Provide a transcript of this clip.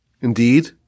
Indeed